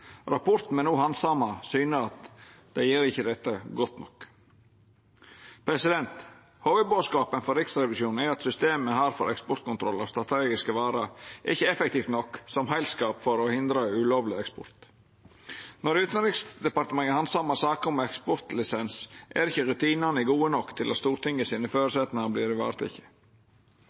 Rapporten me no handsamar, syner at dei gjer ikkje dette godt nok. Hovudbodskapen frå Riksrevisjonen er at systemet me har for eksportkontroll av strategiske varer, ikkje er effektivt nok som heilskap for å hindra ulovleg eksport. Når Utanriksdepartementet handsamar saker om eksportlisens, er ikkje rutinane gode nok til at